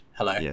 Hello